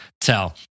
tell